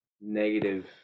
negative